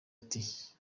ati